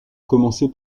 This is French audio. commencé